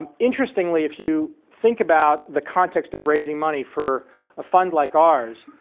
um interestingly, if you think about the context of raising money for a fund like ours,